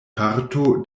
parto